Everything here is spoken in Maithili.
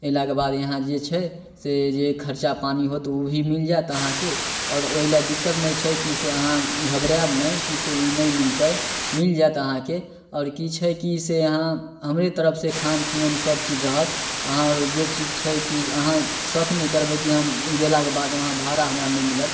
अएलाके बाद इहाँ जे छै से जे खरचा पानी होत ओ भी मिलि जाएत अहाँके आओर ओहिलए दिक्कत नहि छै कि से अहाँ घबड़ाएब नहि कि से ई नहि मिलतै मिलि जाएत अहाँके आओर कि छै कि से अहाँ हमरे तरफसे खान पिअन सबचीज रहत अहाँ आओर जे चीज छै कि अहाँ शक नहि करबै कि हम गेलाके बाद वहाँ भाड़ा हमरा नहि मिलत